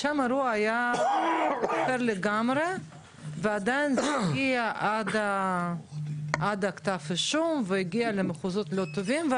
ושם היה אחר לגמרי ועדיין זה הגיע עד כתב אישום והגיע למחוזות לא טובים.